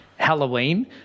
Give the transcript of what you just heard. Halloween